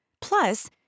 Plus